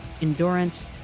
Endurance